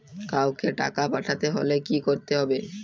কাওকে টাকা পাঠাতে হলে কি করতে হবে?